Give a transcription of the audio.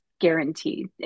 guaranteed